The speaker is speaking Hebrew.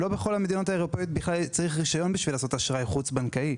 לא בכל המדינות האירופאיות צריך רישיון בשביל לעשות אשראי חוץ-בנקאי.